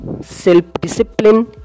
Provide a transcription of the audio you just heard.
self-discipline